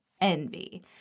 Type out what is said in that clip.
Envy